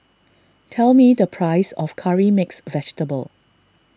tell me the price of Curry Mixed Vegetable